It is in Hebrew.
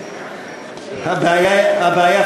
הבעיה,